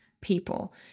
people